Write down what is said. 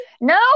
No